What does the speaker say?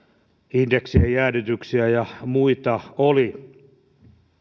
indeksien jäädytyksiä ja muita oli